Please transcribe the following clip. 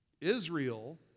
Israel